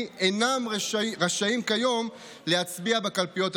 אינם רשאים כיום להצביע בקלפיות הללו,